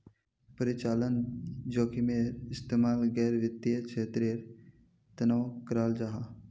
परिचालन जोखिमेर इस्तेमाल गैर वित्तिय क्षेत्रेर तनेओ कराल जाहा